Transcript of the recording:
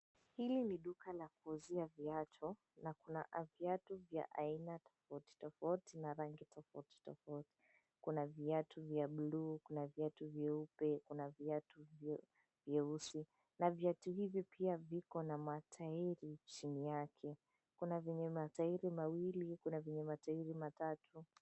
Hili ni duka la kuuzia viatu na kuna viatu vya aina tofauti tofauti na rangi tofauti tofauti. Kuna viatu vya buluu, kuna viatu vyeupe, kuna viatu vyeusi na viatu hivi pia viko na matairi chini yake. Kuna vyenye matairi mawili, kuna vyenye matairi matatu.